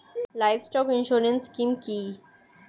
Livestock insurance scheme কি?